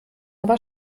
aber